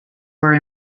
were